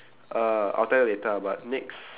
uh I'll tell you later lah but next